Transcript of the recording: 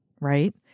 right